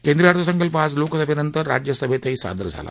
केंद्रीय अर्थसंकल्प आज लोकसभस्तिर राज्यसभस्तिर्की सादर झाला